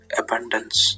abundance